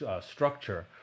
structure